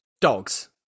dogs